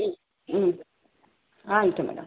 ಹ್ಞೂ ಹ್ಞೂ ಆಯಿತು ಮೇಡಮ್